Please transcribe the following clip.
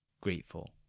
grateful